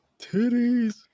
titties